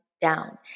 down